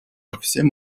всем